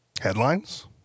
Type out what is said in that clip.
Headlines